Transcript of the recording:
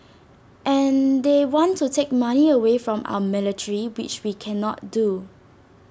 and they want to take money away from our military which we cannot do